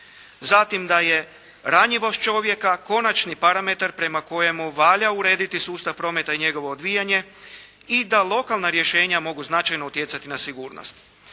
zatim da je ranjivost čovjeka konačni parametar prema kojemu valja urediti sustav prometa i njegovo odvijanje i da lokalna rješenja mogu značajno utjecati na sigurnost.